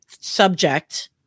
subject